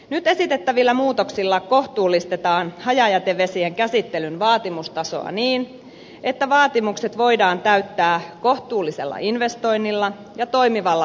nyt esitettävillä muutoksilla kohtuullistetaan hajajätevesien käsittelyn vaatimustasoa niin että vaatimukset voidaan täyttää kohtuullisella investoinnilla ja toimivalla tekniikalla